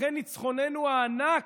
אחרי ניצחוננו הענק,